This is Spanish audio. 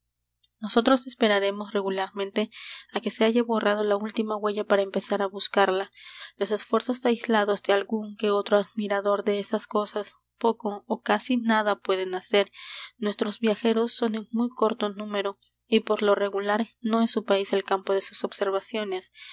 nosotros esperaremos regularmente á que se haya borrado la última huella para empezar á buscarla los esfuerzos aislados de algún que otro admirador de esas cosas poco ó casi nada pueden hacer nuestros viajeros son en muy corto número y por lo regular no es su país el campo de sus observaciones